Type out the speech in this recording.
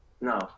No